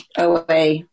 OA